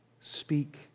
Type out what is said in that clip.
speak